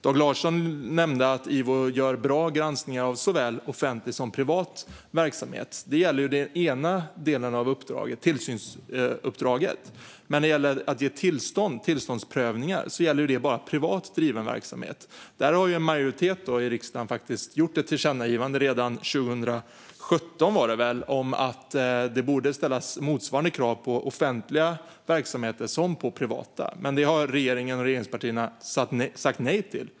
Dag Larsson nämnde att IVO gör bra granskningar av såväl offentlig som privat verksamhet. Det gäller ju den ena delen av uppdraget, alltså tillsynsuppdraget. Men uppdraget om tillståndsprövningar gäller bara privat driven verksamhet. Där har en majoritet i riksdagen faktiskt gjort ett tillkännagivande, 2017 var det väl, om att det borde ställas motsvarande krav på offentliga verksamheter. Det har regeringen och regeringspartierna sagt nej till.